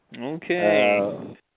Okay